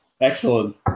Excellent